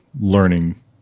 learning